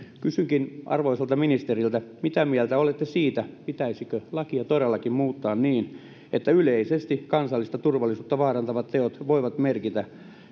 kysynkin arvoisalta ministeriltä mitä mieltä olette siitä pitäisikö lakia todellakin muuttaa niin että yleisesti kansallista turvallisuutta vaarantavat teot voivat merkitä